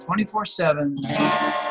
24-7